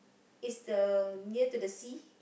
is the near to the sea